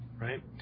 right